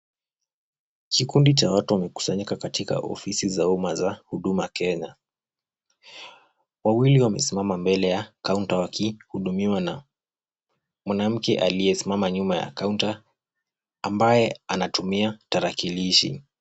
Kikundi cha watu wamekusanyika katika ofisi za umma za Huduma Kenya. Wawili wamesimama mbele ya counter , wakihudumiwa na mwanamke aliyesimama nyuma ya counter , ambaye anatumia tarakilishi.